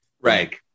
right